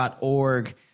org